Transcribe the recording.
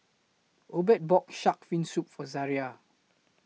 Obed bought Shark's Fin Soup For Zariah